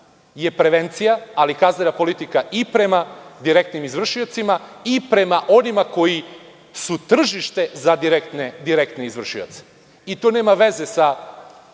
je prevencija, ali i kaznena politika prema direktnim izvršiocima i prema onima koji su tržište za direktne izvršioce i to nema veze sa